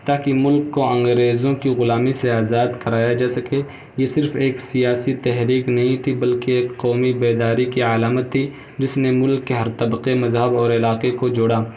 تاکہ ملک کو انگریزوں کی غلامی سے آزاد کرایا جا سکے یہ صرف ایک سیاسی تحریک نہیں تھی بلکہ ایک قومی بیداری کی علامت تھی جس نے ملک ہر طبقے مذہب اور علاقے کو جوڑا